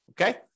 Okay